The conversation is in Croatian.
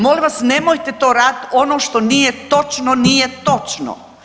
Molim vas nemojte to radit ono što nije točno, nije točno.